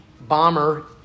bomber